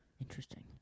Interesting